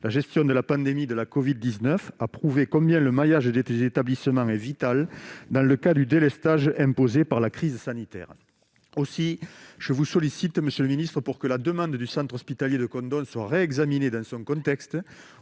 la gestion de la pandémie de la COVID 19 a prouvé combien le maillage était des établissements mais vital dans le cas du délestage imposée par la crise sanitaire aussi je vous sollicite, monsieur le Ministre, pour que la demande du centre hospitalier de Countdown soient réexaminées dans son contexte,